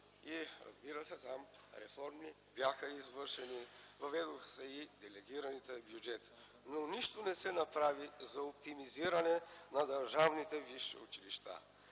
Разбира се, там реформи бяха извършени, въведоха се и делегираните бюджети. Но нищо не се направи за оптимизиране на държавните висши училища.